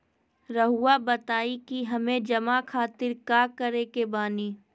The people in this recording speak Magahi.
रहुआ बताइं कि हमें जमा खातिर का करे के बानी?